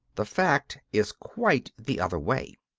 the fact is quite the other way.